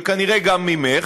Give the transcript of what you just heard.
וכנראה גם ממך,